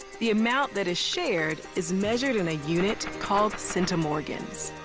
the amount that is shared is measured in a unit called centimorgans.